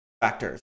factors